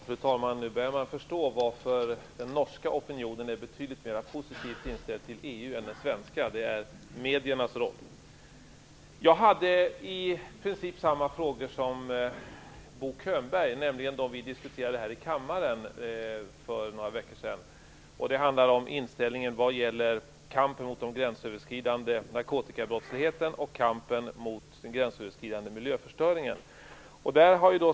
Fru talman! Nu börjar man förstå varför den norska opinionen är betydligt mer positivt inställd till EU än den svenska. Det beror på mediernas roll. Jag har i princip samma frågor som Bo Könberg hade för några veckor sedan när vi diskuterade det här i kammaren. Det handlar om inställningen vad gäller kampen mot den gränsöverskridande narkotikabrottsligheten och kampen mot den gränsöverskridande miljöförstöringen.